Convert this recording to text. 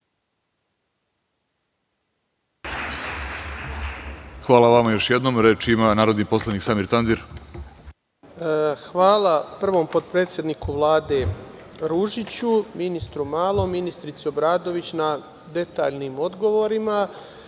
Hvala vama još jednom. Reč ima narodni poslanik Samir Tandir. **Samir Tandir** Hvala prvom potpredsedniku Vlade Ružiću, ministru Malom, ministarki Obradović na detaljnim odgovorima.